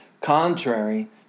contrary